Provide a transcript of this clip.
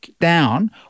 down